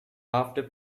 after